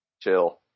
chill